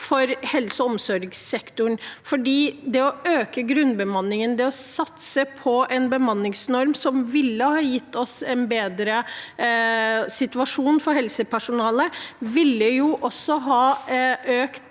for helse- og omsorgssektoren. Å øke grunnbemanningen, å satse på en bemanningsnorm som ville ha gitt oss en bedre situasjon for helsepersonalet, ville også ha